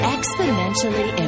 Exponentially